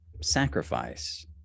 sacrifice